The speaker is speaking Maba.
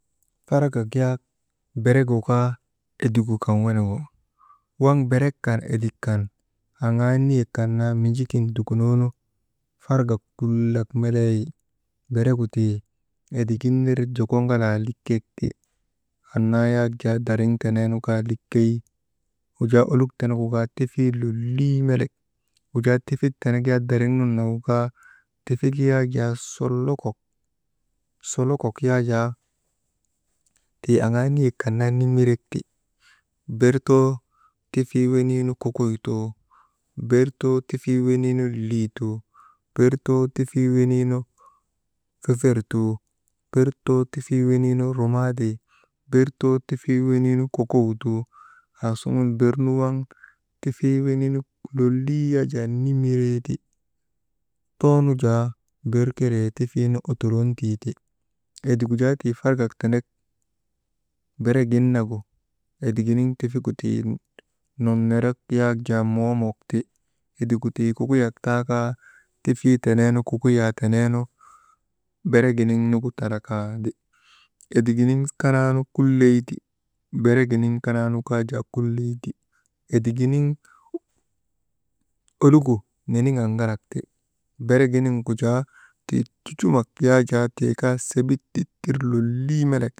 Fargak yaak beregu kaa edigu kan wenegu, waŋ berek kan, edik kan aŋaa niyek kan naa miji kin dukunoonu fargak kullak melee wi. Beregu tii edigin ner joko ŋalaa likek ti, annaa yak jaa darin teneenu kaa likey, wujaa oluk tenegu kaa tifii lolii melek, wujaa tifik tenek darin nagu kaa tifik sollokok, solokok yaa jaa tii aŋaa niyek kan naa nimmirek ti. Ber too tifii weninu kukuytuu, ber too tifii weninu lilituu, ber too tifii weniinu fefertuu, ber too tifii weniinu rumaadii, ber too tifii weniinu kokowtuu, aasuŋun waŋ bernu tifii weniinu lolii yaajaa nimiree ti. Toonu jaa ber kelee tifiinu otorontii ti, edigu jaa tii fargak tenek beregin nagu, ediginiŋ tifigu tii nonnorek yaak jaa moomok ti, edigu tii kukuyak taakaa tifii teneenu kukuyaa teneenu bere giniŋ nugu tandra kaandi. Ediginiŋ kanaanu kulley ti, bere giniŋnu kaa jaa kulley ti, ediginin olugu niniŋaŋalak ti, bere giniŋgu jaa tii cucumok yak jaa tii kaa sebit ditir lolii melek